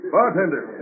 Bartender